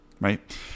right